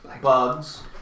bugs